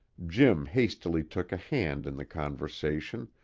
jim hastily took a hand in the conversation,